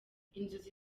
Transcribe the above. inzozi